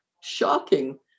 Shocking